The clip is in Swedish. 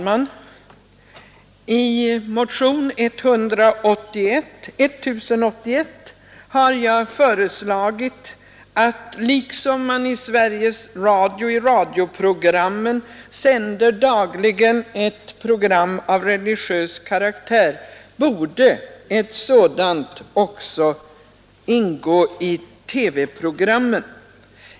| Herr talman! I motionen 1081 har jag föreslagit att liksom det i I radion dagligen sänds ett program av religiös karaktär ett sådant borde | ingå också i TV-programmen.